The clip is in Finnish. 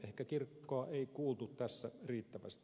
ehkä kirkkoa ei kuultu tässä riittävästi